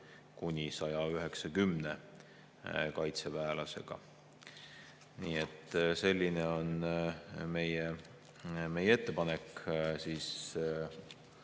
kuni 190 kaitseväelasega. Nii et selline on meie ettepanek. Kui